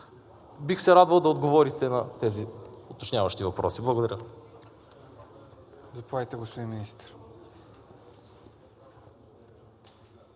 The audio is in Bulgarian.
Бих се радвал да отговорите на тези уточняващи въпроси. Благодаря.